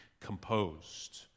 composed